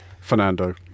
fernando